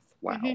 Wow